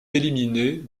éliminé